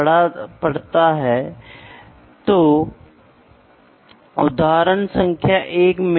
wait एक संतुलन द्वारा मापा जाता है और यह डायरेक्ट है